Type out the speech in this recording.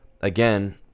again